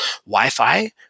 Wi-Fi